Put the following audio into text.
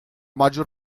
maggior